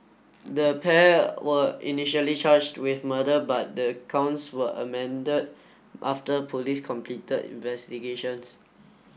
the pair were initially charged with murder but the counts were amended after police completed investigations